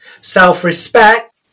self-respect